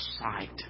sight